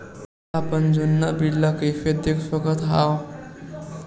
अपन जुन्ना बिल ला कइसे देख सकत हाव?